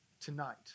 tonight